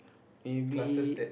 maybe